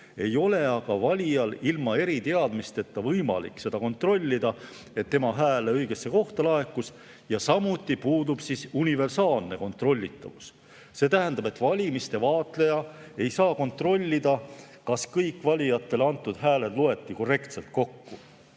ei ole aga valijal ilma eriteadmisteta võimalik kontrollida, et tema hääl õigesse kohta laekus, samuti puudub universaalne kontrollitavus ehk valimiste vaatleja ei saa kontrollida, kas kõik valijate antud hääled loeti korrektselt kokku.